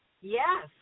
Yes